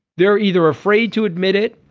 they're either afraid to admit it.